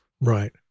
Right